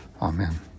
Amen